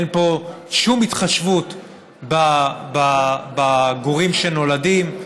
אין פה שום התחשבות בגורים שנולדים.